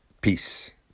Peace